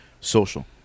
social